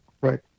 Right